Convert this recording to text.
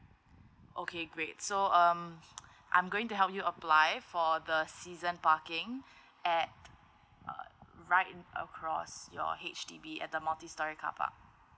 okay great so um I'm going to help you apply for the season parking at uh right in across your H_D_B at the multi storey car park